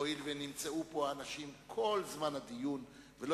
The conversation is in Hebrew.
הואיל ונמצאו פה אנשים כל זמן הדיון ולא